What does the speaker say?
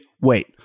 wait